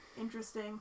interesting